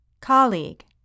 Colleague